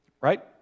Right